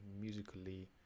musically